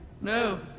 No